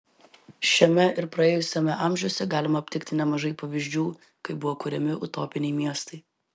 šiame ir praėjusiame amžiuose galima aptikti nemažai pavyzdžių kai buvo kuriami utopiniai miestai